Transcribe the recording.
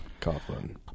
Coughlin